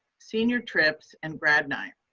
senior trips and grad night.